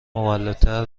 مولدتر